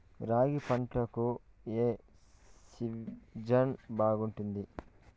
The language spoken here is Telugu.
రాగి పంటకు, ఏ సీజన్ బాగుంటుంది?